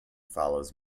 follows